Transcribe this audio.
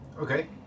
okay